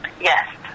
Yes